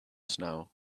snow